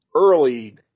early